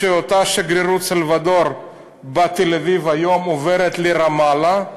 שאותה שגרירות אל-סלבדור בתל-אביב היום עוברת לרמאללה,